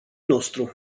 nostru